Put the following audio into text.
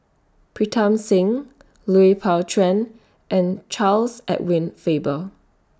Pritam Singh Lui Pao Chuen and Charles Edward Faber